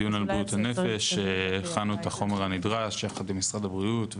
בדיון על בריאות הנפש הכנו את החומר הנדרש יחד עם משרד הבריאות,